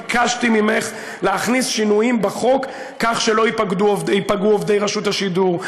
ביקשתי ממך להכניס שינויים בחוק כך שלא ייפגעו עובדי רשות השידור,